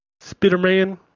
Spider-Man